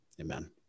Amen